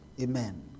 Amen